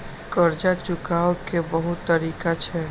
कर्जा चुकाव के बहुत तरीका छै?